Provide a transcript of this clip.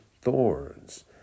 thorns